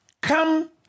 come